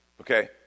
Okay